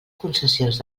concessions